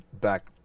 back